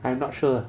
I am not sure